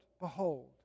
Behold